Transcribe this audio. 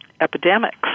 epidemics